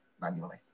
manually